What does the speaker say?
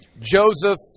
Joseph